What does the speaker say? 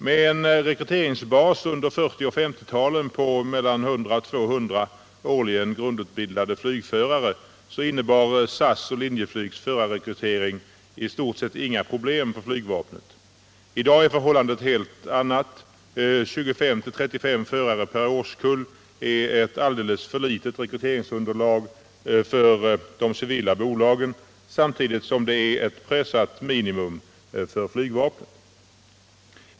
Med en rekryteringsbas under 1940 och 1950-talen på mellan 100 och 200 årligen grundutbildade flygförare innebar SAS och Linjeflygs förarrekrytering i stort sett inga problem för flygvapnet. I dag är förhållandet ett helt annat: 25-35 förare per årskull är ett alldeles för litet rekryteringsunderlag för de civila bolagen samtidigt som det är ett pressat minimum för flygvapnet.